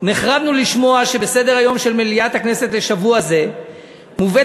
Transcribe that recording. "נחרדנו לשמוע שבסדר-היום של מליאת הכנסת לשבוע זה מובאת